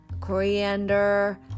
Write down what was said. coriander